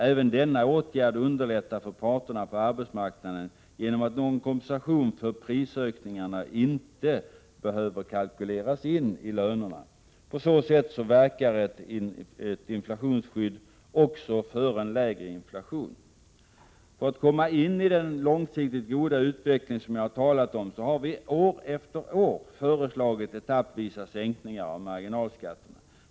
Även denna åtgärd underlättar för parterna på arbetsmarknaden genom att någon kompensation för prisökningar inte behöver kalkyleras in i lönerna. På så sätt verkar ett inflationsskydd också för en lägre inflation. För att komma in i den långsiktigt goda utveckling som jag har talat om har vi år efter år föreslagit etappvisa sänkningar av marginalskatterna.